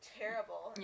terrible